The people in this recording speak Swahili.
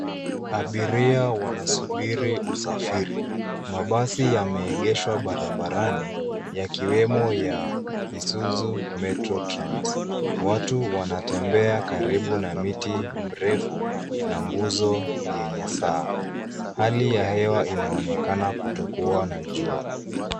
Abiria wanasubiri usafiri. Mabasi yameegeshwa barabarani yakiwemo ya Isuzu MetroTrans . Watu wanatembea karibu na miti mrefu na nguzo yenye saa. Hali ya hewa inaonekana kutokuwa na jua.